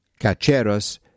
Cacheros